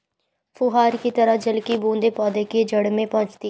फुहार की तरह जल की बूंदें पौधे के जड़ में पहुंचती है